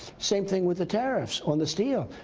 same thing with the tariffs on the steel,